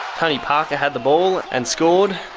tony parker had the ball and scored,